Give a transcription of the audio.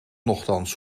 nochtans